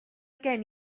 gen